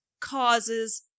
causes